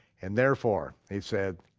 and therefore, he said,